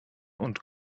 und